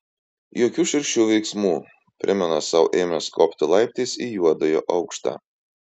jokių šiurkščių veiksmų primena sau ėmęs kopti laiptais į juodojo aukštą